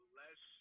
less